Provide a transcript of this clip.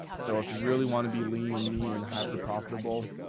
so if you really want to be lean and mean and hyper profitable,